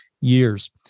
years